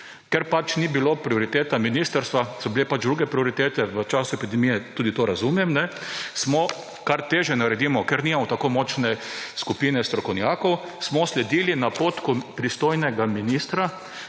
Ker to pač ni bilo prioriteta ministrstva, so bile druge prioritete v času epidemije, to tudi razumem, smo – kar težje naredimo, ker nimamo tako močne skupine strokovnjakov – sledili napotkom pristojnega ministra,